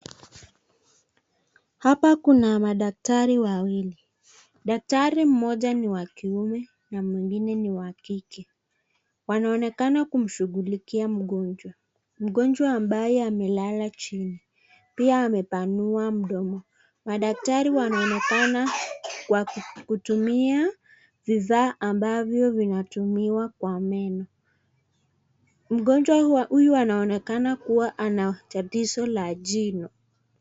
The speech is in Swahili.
Hapa kuna madaktari wawili, daktari mmoja ni wa kiume na mwingine ni wa kike, wanaonekana kumshukulikia mgonjwa, mgonjwa ambaye amelala jini pia amebanua mdomo, madaktari wanaonekana kwa kutumia vifaa ambavyo vinatumiwa kwa meno, mgonjwa huyu anaonekana kuwa ana tatizo la jino.